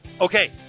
Okay